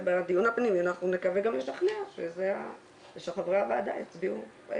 ובדיון הפנימי אנחנו נקווה גם לשכנע ושחברי הוועדה יצביעו.